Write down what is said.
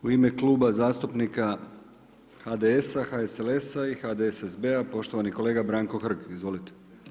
U ime Kluba zastupnika HDS-a, HSLS-a i HDSSB-a, poštovani kolega Branko Hrg, izvolite.